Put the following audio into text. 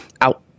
out